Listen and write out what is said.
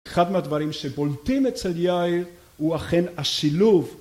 אחד מהדברים שבולטים אצל יאיר הוא אכן השילוב.